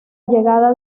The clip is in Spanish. llegada